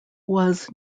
was